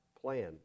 plan